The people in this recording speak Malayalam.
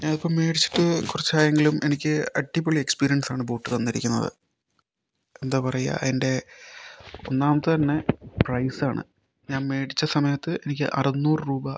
ഞാനിപ്പം മേടിച്ചിട്ട് കുറച്ചായെങ്കിലും എനിക്ക് അടിപൊളി എക്സ്പീരിയൻസ് ആണ് ബോട്ട് തന്നിരിക്കുന്നത് എന്താ പറയുക എൻ്റെ ഒന്നാമത്തെ തന്നെ പ്രൈസാണ് ഞാൻ മേടിച്ച സമയത്ത് എനിക്ക് അറനൂറ് രൂപ